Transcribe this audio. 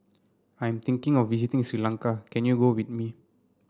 I'm thinking of visiting Sri Lanka can you go with me